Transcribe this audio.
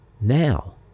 Now